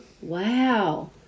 Wow